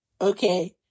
Okay